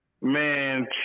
Man